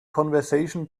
conversation